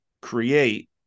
create